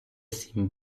сім